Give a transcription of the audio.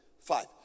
five